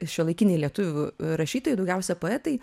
šiuolaikiniai lietuvių rašytojai daugiausia poetai